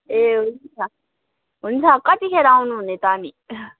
ए हुन्छ हुन्छ कतिखेर आउनुहुने त अनि